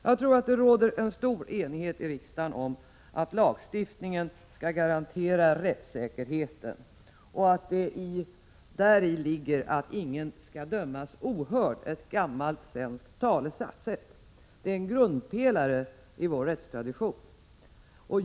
Jag tror att det råder stor enighet i riksdagen om att lagstiftningen skall garantera rättssäkerheten och att däri ligger att ingen skall dömas ohörd, som det heter enligt ett gammalt svenskt talesätt. Detta är en grundpelare i vår rättstradition.